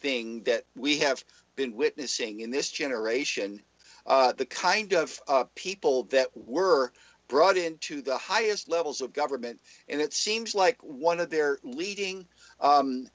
thing that we have been witnessing in this generation the kind of people that were brought into the highest levels of government and it seems like one of their leading